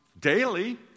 daily